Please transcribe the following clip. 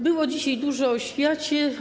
Było dzisiaj dużo o oświacie.